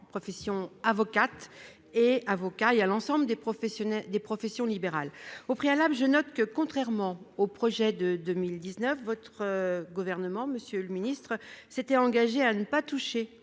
profession d'avocat et à l'ensemble des professions libérales. Au préalable, je note que, contrairement au projet de 2019, votre gouvernement, monsieur le ministre, s'était engagé à ne pas toucher